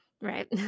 Right